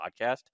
podcast